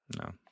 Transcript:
no